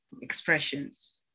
Expressions